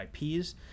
IPs